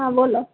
હા બોલો